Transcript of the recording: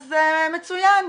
אז מצוין,